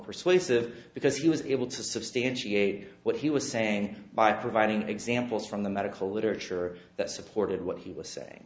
persuasive because he was able to substantiate what he was saying by providing examples from the medical literature that supported what he was saying